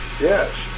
yes